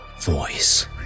voice